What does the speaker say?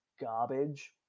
garbage